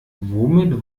womit